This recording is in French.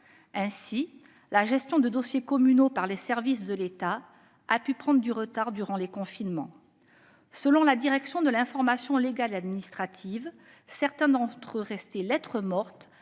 Ainsi, la gestion de dossiers communaux par les services de l'État a pu prendre du retard durant les confinements. Selon la direction de l'information légale et administrative, certains d'entre eux, restés lettre morte